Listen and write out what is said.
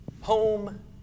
home